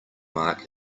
mark